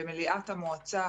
במליאת המועצה,